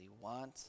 want